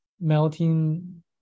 melting